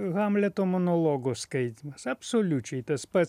hamleto monologo skaitymas absoliučiai tas pats